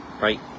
right